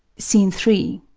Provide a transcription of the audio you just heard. scene three.